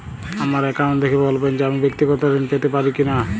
আমার অ্যাকাউন্ট দেখে বলবেন যে আমি ব্যাক্তিগত ঋণ পেতে পারি কি না?